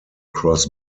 cross